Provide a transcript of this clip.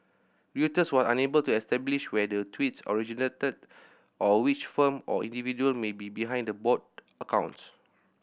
reuters was unable to establish where the tweets originated or which firm or individual may be behind the bot accounts